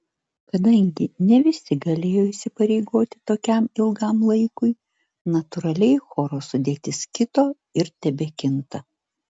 kadangi ne visi galėjo įsipareigoti tokiam ilgam laikui natūraliai choro sudėtis kito ir tebekinta